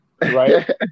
right